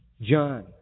John